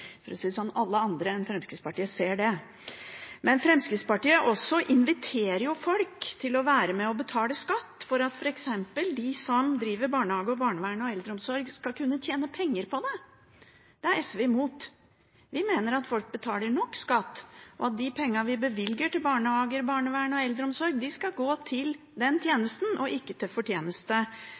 det sånn: Alle andre enn Fremskrittspartiet ser det. Men Fremskrittspartiet inviterer jo folk til å være med og betale skatt for at f.eks. de som driver barnehage, barnevern og eldreomsorg, skal kunne tjene penger på det. Det er SV imot. Vi mener at folk betaler nok skatt, og at de pengene vi bevilger til barnehage, barnevern og eldreomsorg, skal gå til de tjenestene og ikke til fortjeneste